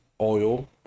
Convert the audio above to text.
oil